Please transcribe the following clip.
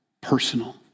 personal